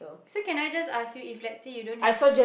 so can I just ask you if let's say you don't have